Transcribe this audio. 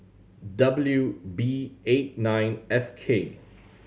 W B eight nine F K